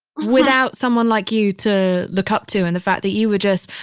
without someone like you to look up to and the fact that you were just,